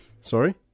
Sorry